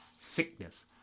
sickness